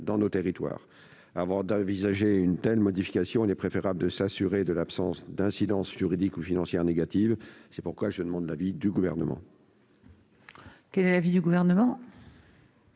dans nos territoires. Avant d'envisager une telle modification, il est préférable de s'assurer de l'absence d'incidence juridique ou financière négative. C'est pourquoi je demande l'avis du Gouvernement. Quel est l'avis du Gouvernement ?